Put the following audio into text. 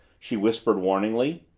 she whispered warningly.